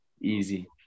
easy